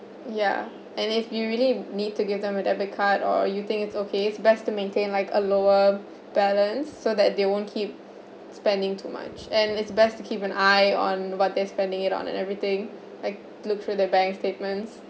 ya and if you really need to give them a debit card or you think it's okay it's best to maintain like a lower balance so that they won't keep spending too much and it's best to keep an eye on what they're spending it on and everything like look through the bank statements